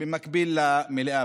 במקביל למליאה.